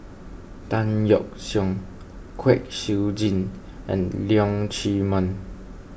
Tan Yeok Seong Kwek Siew Jin and Leong Chee Mun